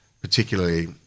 particularly